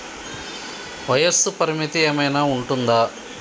వయస్సు పరిమితి ఏమైనా ఉంటుందా?